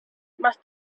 must